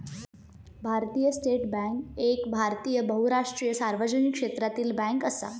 भारतीय state bank एक भारतीय बहुराष्ट्रीय सार्वजनिक क्षेत्रातली बॅन्क असा